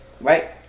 Right